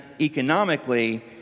economically